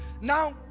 Now